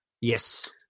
Yes